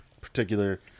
particular